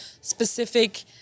specific